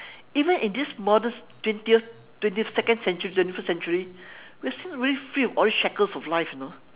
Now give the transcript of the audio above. even in this modest twentieth twentieth second century twenty first century we are still not very free of all these shackles of life you know